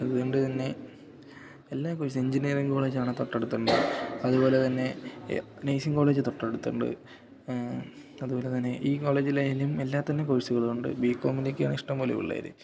അതുകൊണ്ടു തന്നെ എല്ലാ കോഴ്സ് എഞ്ചിനീയറിങ് കോളേജാണ് തൊട്ടടുത്തുള്ളത് അതുപോലെ തന്നെ നഴ്സിംഗ് കോളേജ് തൊട്ടടുത്തുണ്ട് അതുപോലെ തന്നെ ഈ കോളേജിലായാലും എല്ലാത്തിന്റെ കോഴ്സുകളുമുണ്ട് ബി കോമിലേക്കാണ് ഇഷ്ടം പോലെ പിള്ളേര്